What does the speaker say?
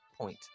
point